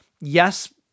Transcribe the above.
yes